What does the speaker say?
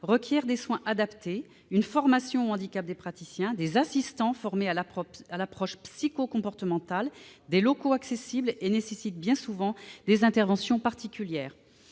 requièrent des soins adaptés, une formation au handicap des praticiens, des assistants formés à l'approche psycho-comportementale, des locaux accessibles et ont bien souvent besoin d'interventions particulières.